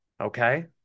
okay